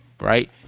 right